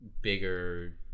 bigger